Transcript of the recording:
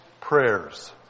prayers